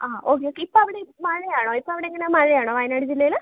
ആ okay okay ഇപ്പം അവിടെ മഴയാണോ ഇപ്പം അവിടെ എങ്ങനെയാണ് മഴയാണോ വയനാട് ജില്ലയിൽ